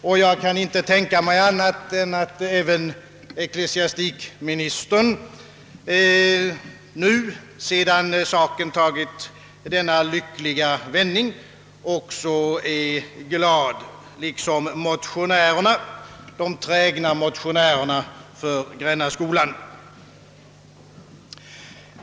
Och jag kan inte tänka mig annat än att även ecklesiastikministern nu, sedan saken tagit denna lyckliga vändning, är glad liksom de trägna motionärerna för Grännaskolan.